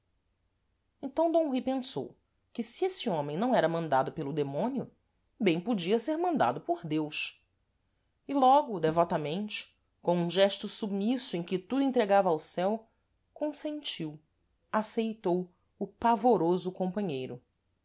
então d rui pensou que se êsse homem não era mandado pelo demónio bem podia ser mandado por deus e logo devotamente com um gesto submisso em que tudo entregava ao céu consentiu aceitou o pavoroso companheiro